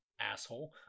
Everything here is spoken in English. asshole